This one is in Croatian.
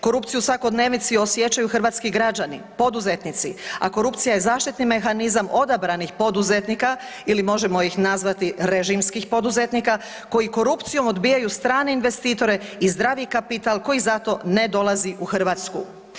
Korupciju u svakodnevici osjećaju hrvatski građani, poduzetnici, a korupcija je zaštitni mehanizam odabranih poduzetnika ili možemo ih nazvati režimskih poduzetnika koji korupcijom odbijaju strane investitore i zdravi kapital koji zato ne dolazi u Hrvatsku.